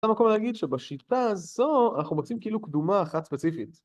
זה המקום להגיד שבשיטה הזו אנחנו מוצאים כאילו קדומה אחת ספציפית